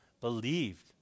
believed